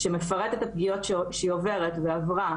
שמפרט את הפגיעות שהיא עוברת ועברה,